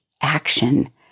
action